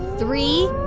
three,